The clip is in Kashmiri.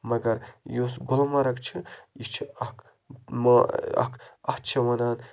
مگر یُس گُلمَرگ چھُ یہِ چھُ اَکھ ما اَکھ اَتھ چھِ وَنان